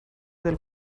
del